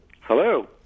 Hello